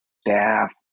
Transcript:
staff